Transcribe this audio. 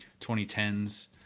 2010s